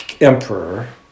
emperor